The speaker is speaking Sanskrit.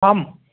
आम्